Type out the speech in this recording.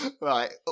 Right